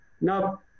Now